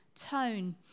tone